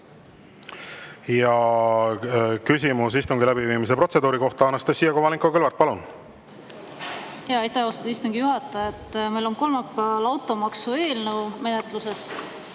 Ja küsimus istungi läbiviimise protseduuri kohta, Anastassia Kovalenko-Kõlvart, palun! Aitäh, austatud istungi juhataja! Meil on kolmapäeval automaksu eelnõu menetluses.